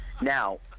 Now